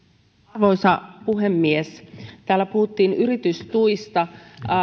arvoisa puhemies täällä puhuttiin yritystuista